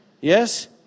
Yes